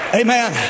amen